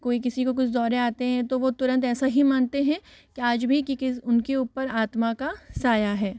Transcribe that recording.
कोई किसी को कुछ दौरे आते हैं तो वो तुरंत ऐसा ही मानते है की आज भी उनके ऊपर आत्मा का साया है